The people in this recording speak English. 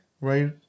right